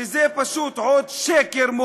הצעת החוק של חברות הכנסת זהבה גלאון,